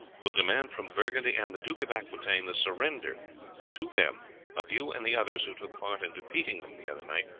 will demand from burgundy and the duke of aquitaine the surrender to them of you and the others who took part in defeating them the other night,